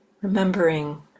remembering